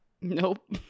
Nope